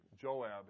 Joab